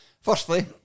Firstly